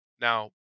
Now